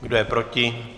Kdo je proti?